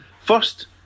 First